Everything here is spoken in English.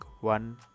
one